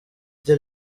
rye